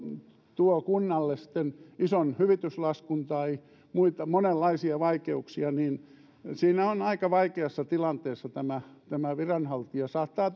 tuo kunnalle sitten ison hyvityslaskun tai muita monenlaisia vaikeuksia niin siinä on aika vaikeassa tilanteessa tämä viranhaltija saattaa